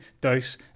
dose